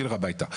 שיילך הביתה.